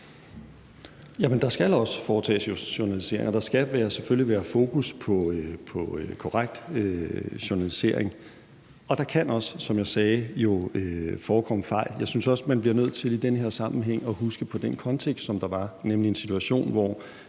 der skal også foretages journaliseringer. Der skal selvfølgelig være fokus på korrekt journalisering. Og der kan jo også, som jeg sagde, forekomme fejl. Jeg synes også, man i den her sammenhæng bliver nødt til at huske på den kontekst, som der var, nemlig en situation, hvor